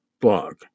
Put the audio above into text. blog